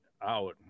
out